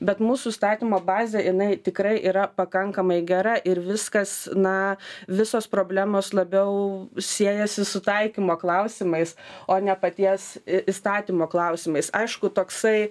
bet mūsų įstatymo bazė jinai tikrai yra pakankamai gera ir viskas na visos problemos labiau siejasi su taikymo klausimais o ne paties įstatymo klausimais aišku toksai